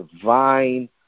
divine